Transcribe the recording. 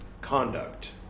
conduct